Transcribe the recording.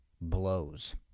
blows